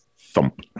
thump